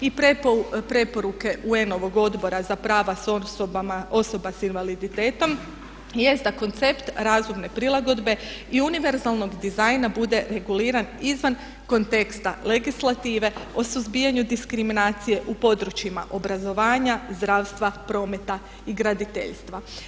I preporuke UN-ovog Odbora za prava osoba s invaliditetom jest da koncept razumne prilagodbe i univerzalnog dizajna bude reguliran izvan konteksta legislative o suzbijanju diskriminacije u područjima obrazovanja, zdravstva, prometa i graditeljstva.